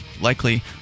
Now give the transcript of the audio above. likely